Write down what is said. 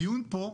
הדיון פה,